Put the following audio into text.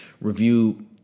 review